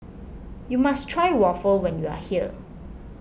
you must try Waffle when you are here